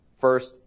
First